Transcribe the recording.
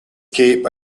cape